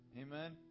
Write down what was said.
Amen